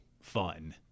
fun